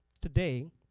today